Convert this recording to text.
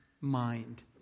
mind